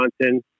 Johnson